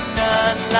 none